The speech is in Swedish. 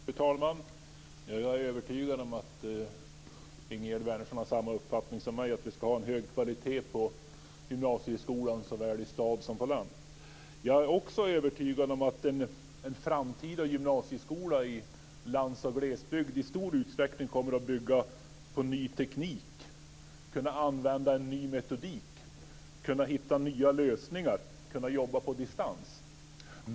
Fru talman! Jag är övertygad om att Ingegerd Wärnersson har samma uppfattning som jag, nämligen att vi ska ha en hög kvalitet på gymnasieskolan såväl i stad som på landsbygd. Jag är också övertygad om att en framtida gymnasieskola i lands och glesbygd i stor utsträckning kommer att bygga på ny teknik. Man kommer att kunna använda en ny metodik, hitta nya lösningar och jobba på distans.